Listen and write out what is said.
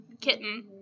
kitten